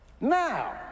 Now